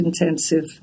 intensive